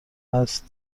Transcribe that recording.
است